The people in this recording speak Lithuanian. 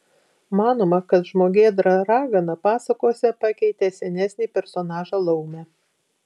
manoma kad žmogėdra ragana pasakose pakeitė senesnį personažą laumę